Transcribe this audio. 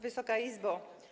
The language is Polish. Wysoka Izbo!